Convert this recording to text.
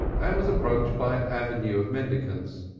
and was approached by an avenue of mendicants.